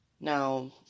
Now